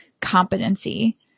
competency